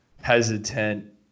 hesitant